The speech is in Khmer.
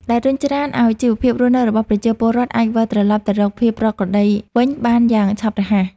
ដែលរុញច្រានឱ្យជីវភាពរស់នៅរបស់ប្រជាពលរដ្ឋអាចវិលត្រឡប់ទៅរកភាពប្រក្រតីវិញបានយ៉ាងឆាប់រហ័ស។